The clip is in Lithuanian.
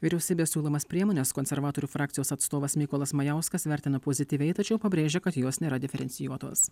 vyriausybės siūlomas priemones konservatorių frakcijos atstovas mykolas majauskas vertina pozityviai tačiau pabrėžia kad jos nėra diferencijuotos